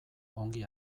ongi